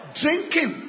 drinking